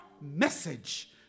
message